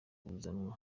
kuzanwa